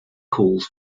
calls